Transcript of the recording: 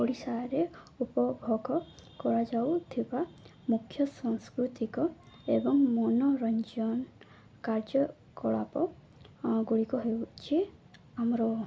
ଓଡ଼ିଶାରେ ଉପଭୋଗ କରାଯାଉଥିବା ମୁଖ୍ୟ ସାଂସ୍କୃତିକ ଏବଂ ମନୋରଞ୍ଜନ କାର୍ଯ୍ୟକଳାପ ଗୁଡ଼ିକ ହେଉଛି ଆମର